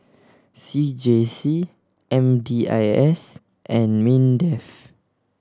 C J C M D I S and MINDEF